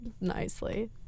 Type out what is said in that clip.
nicely